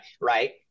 Right